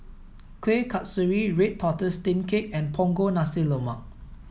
kueh kasturi red tortoise steamed cake and punggol nasi lemak